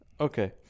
Okay